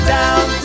down